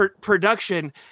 production